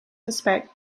respect